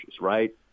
right